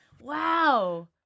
Wow